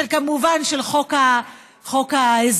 כמובן של חוק ההסדרים.